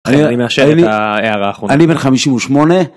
‫אני מאשר את הערה האחרונה. ‫-אני בן 58.